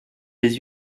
les